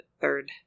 third